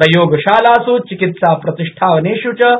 प्रयोगशालासुचिकित्साप्रतिष्ठानेष् च